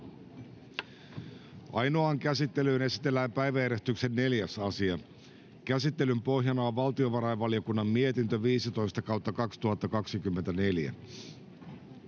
Ainoaan käsittelyyn esitellään päiväjärjestyksen 4. asia. Käsittelyn pohjana on valtiovarainvaliokunnan mietintö VaVM 15/2024